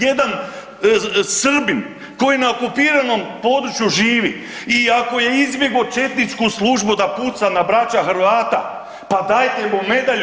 Jedan Srbin koji na okupiranom području živi iako je izbjegao četničku službu da puca na brata Hrvata, pa dajte mu medalju.